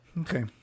Okay